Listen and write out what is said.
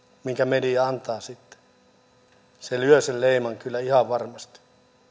minkä media antaa se lyö sen leiman kyllä ihan varmasti